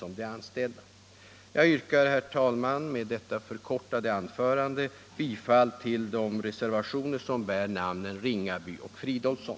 Med detta förkortade anförande, herr talman, yrkar jag bifall till de reservationer som bär namnen Ringaby och Fridolfsson.